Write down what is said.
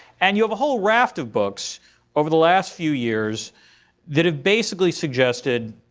and you have a whole raft of books over the last few years that have basically suggested